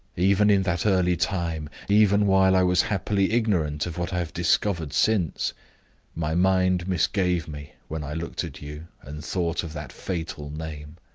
even in that early time even while i was happily ignorant of what i have discovered since my mind misgave me when i looked at you, and thought of that fatal name.